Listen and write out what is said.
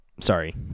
sorry